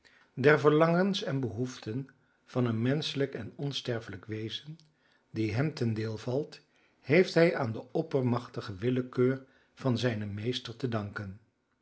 der verlangens en behoeften van een menschelijk en onsterfelijk wezen die hem ten deel valt heeft hij aan de oppermachtige willekeur van zijnen meester te danken